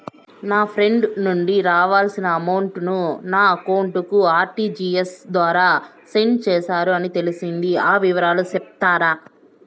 నా ఫ్రెండ్ నుండి రావాల్సిన అమౌంట్ ను నా అకౌంట్ కు ఆర్టిజియస్ ద్వారా సెండ్ చేశారు అని తెలిసింది, ఆ వివరాలు సెప్తారా?